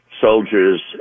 soldiers